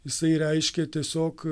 jisai reiškia tiesiog